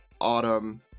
Autumn